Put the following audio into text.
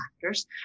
factors